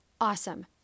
awesome